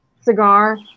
cigar